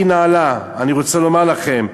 הכי נעלה, אני רוצה לומר לכם.